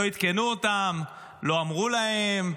לא עדכנו אותם, לא אמרו להם,